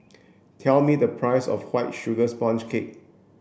tell me the price of white sugar sponge cake